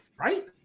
right